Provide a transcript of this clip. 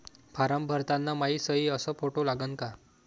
Form भरताना मायी सयी अस फोटो लागन का?